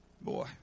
Boy